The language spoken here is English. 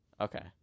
Okay